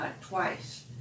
twice